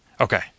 okay